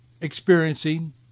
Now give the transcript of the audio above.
experiencing